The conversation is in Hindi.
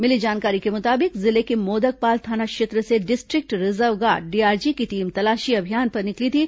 मिली जानकारी के मुताबिक जिले के मोदकपाल थाना क्षेत्र से डिस्ट्रिक्ट रिजर्व गार्ड डीआरजी की टीम तलाशी अभियान पर निकली थी